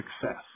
success